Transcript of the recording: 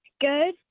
Good